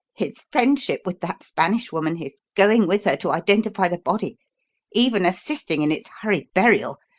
his friendship with that spanish woman his going with her to identify the body even assisting in its hurried burial!